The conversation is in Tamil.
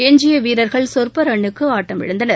எஞ்சிய வீரர்கள் சொற்ப ரன்னுக்கு ஆட்டமிழந்தனர்